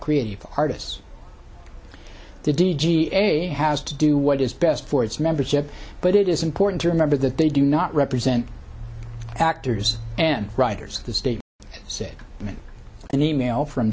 creative artists the d g a has to do what is best for its membership but it is important to remember that they do not represent actors and writers of the state say in an email from